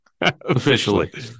officially